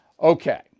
Okay